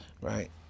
right